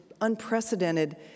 unprecedented